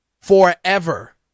forever